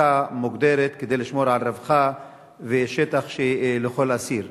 מכסה מוגדרת, כדי לשמור על רווחה ושטח לכל אסיר.